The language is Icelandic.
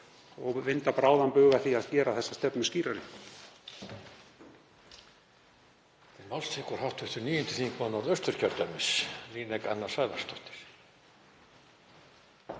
og vinda bráðan bug að því að gera þessa stefnu skýrari.